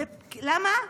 למה?